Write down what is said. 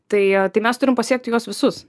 tai tai mes turim pasiekti juos visus